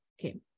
Okay